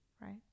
right